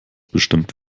bestimmt